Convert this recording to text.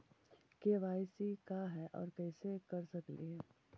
KYC का है, और कैसे कर सकली हे?